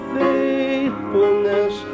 faithfulness